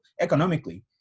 economically